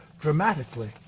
dramatically